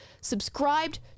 subscribed